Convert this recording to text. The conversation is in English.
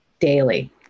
daily